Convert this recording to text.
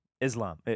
islam